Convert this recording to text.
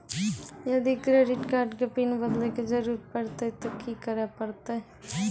यदि credit card के PIN बदले के जरूरी परतै ते की करे परतै?